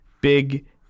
big